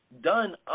Done